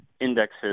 indexes